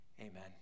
Amen